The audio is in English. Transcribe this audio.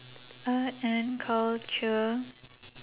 art and culture